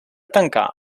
tancar